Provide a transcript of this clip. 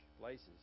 places